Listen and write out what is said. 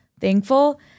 thankful